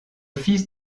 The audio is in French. fils